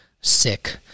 sick